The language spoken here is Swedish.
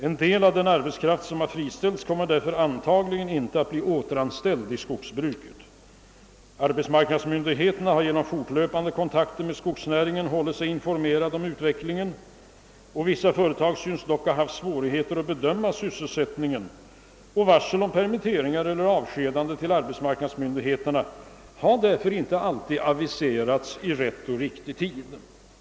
En del av den arbetskraft som friställs kommer därför antagligen inte att återanställas i skogsbruket. Arbetsmarknadsmyndigheterna har genom fortlöpande kontakter med skogsnäringen hållit sig informerade om utvecklingen. Vissa företag synes dock ha haft svårigheter att bedöma syssel sättningen, och varsel om permitteringar eller avskedanden till arbetsmarknadsmyndigheterna har därför inte alltid aviserats i så god tid och varit så preciserade som hade varit önskvärt.